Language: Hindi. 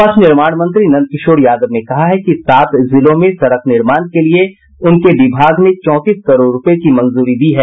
पथ निर्माण मंत्री नंद किशोर यादव ने कहा है कि सात जिलों में सड़क निर्माण के लिए उनके विभाग ने चौतीस करोड़ रूपये की मंजूरी दी है